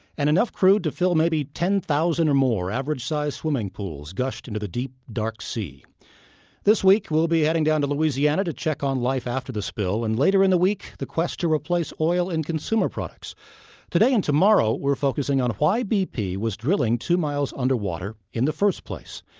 and, enough crude to fill maybe ten thousand or more average-size swimming pools gushed into the deep, dark sea this week, we'll be heading down to louisiana to check on life after the spill. and later in the week the quest to replace oil in consumer products today and tomorrow, we're focusing on why bp was drilling two miles underwater in the first place.